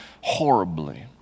horribly